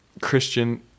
christian